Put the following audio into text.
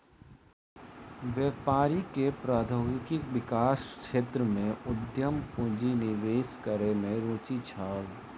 व्यापारी के प्रौद्योगिकी विकास क्षेत्र में उद्यम पूंजी निवेश करै में रूचि छल